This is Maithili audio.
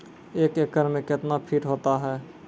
एक एकड मे कितना फीट होता हैं?